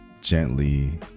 gently